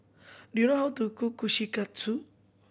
do you know how to cook Kushikatsu